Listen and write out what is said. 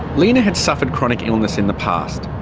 lina had suffered chronic illness in the past,